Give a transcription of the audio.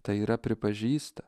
tai yra pripažįsta